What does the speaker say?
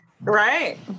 Right